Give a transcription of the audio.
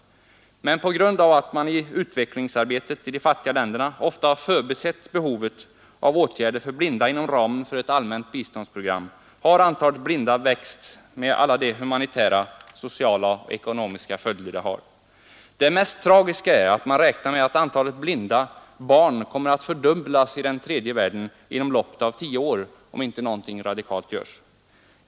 Men på grund av att man i utvecklingsarbetet i de flesta länder ofta har förbisett behovet av åtgärder för blinda inom ramen för ett allmänt utvecklingsprogram har antalet blinda växt, med alla de humanitära, sociala och ekonomiska följder detta har. Det mest tragiska är att man räknar med att antalet blinda barn kommer att fördubblas i den tredje världen inom loppet av tio år, om inte något radikalt görs.